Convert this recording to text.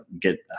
get